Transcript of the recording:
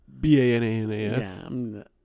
B-A-N-A-N-A-S